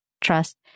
trust